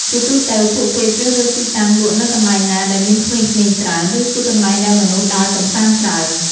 ជាទូទៅ ពួកគេជ្រើសរើសទីតាំងលក់នៅកន្លែងណាដែលមានក្មេងៗច្រើន ឬជាកន្លែងដែលមនុស្សដើរកម្សាន្តច្រើន។